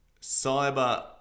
cyber